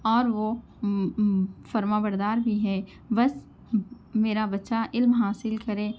اور وہ فرمانبردار بھی ہے بس میرا بچہ علم حاصل کرے